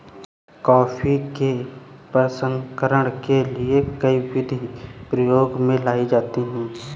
coffee के प्रसंस्करण के लिए कई विधियां प्रयोग में लाई जाती हैं